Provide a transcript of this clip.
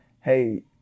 hey